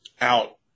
out